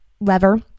lever